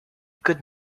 could